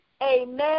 amen